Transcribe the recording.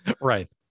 right